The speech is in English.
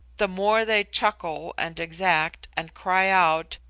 the more they chuckle and exact, and cry out,